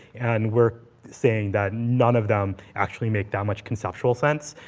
and we're saying that none of them actually make that much conceptual sense.